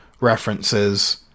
references